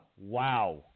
Wow